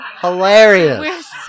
Hilarious